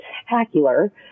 spectacular